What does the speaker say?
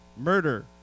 Murder